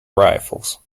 rifles